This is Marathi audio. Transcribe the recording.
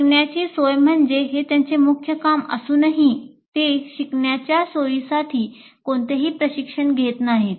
शिकण्याची सोय करणे हे त्यांचे मुख्य काम असूनही ते शिकण्याच्या सोयीसाठी कोणतेही प्रशिक्षण घेत नाहीत